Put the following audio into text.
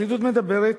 הפרקליטות מדברת